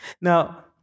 Now